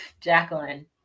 Jacqueline